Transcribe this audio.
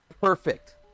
perfect